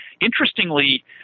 interestingly